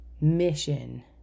mission